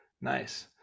nice